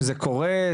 זה קורה?